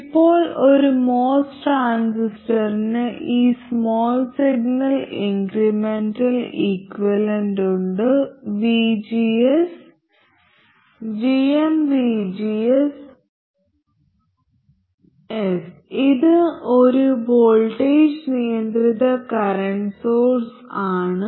ഇപ്പോൾ ഒരു MOS ട്രാൻസിസ്റ്ററിന് ഈ സ്മാൾ സിഗ്നൽ ഇൻക്രിമെൻറൽ ഇക്വലന്റുണ്ട് vgs gmvgss ഇത് ഒരു വോൾട്ടേജ് നിയന്ത്രിത കറന്റ് സോഴ്സ് ആണ്